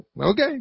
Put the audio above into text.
okay